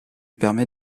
permet